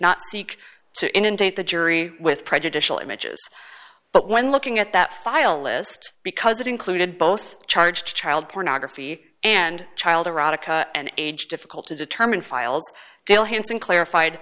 not seek to inundate the jury with prejudicial images but when looking at that file list because it included both charge child pornography and child erotica and age difficult to determine files dale hansen clarified